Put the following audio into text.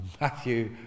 Matthew